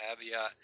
caveat